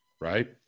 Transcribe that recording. right